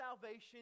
salvation